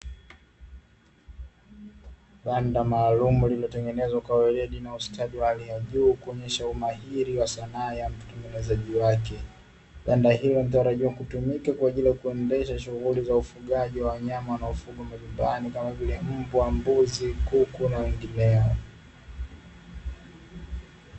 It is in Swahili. Banda maalumu limetengenezwa kwa weledi na ustadi wa hali ya juu kuonesha umahiri wa sanaa ya utengenezaji wake; banda hilo hutarajiwa kutumika kwa ajili ya kuendesha shughuli za ufugaji wa wanyama wanaofugwa majumbani kama vile: mbwa, mbuzi, kuku na wengineo.